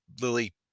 Lily